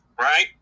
right